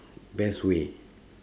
best way